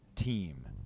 team